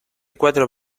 cuatro